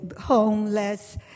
homeless